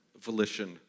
volition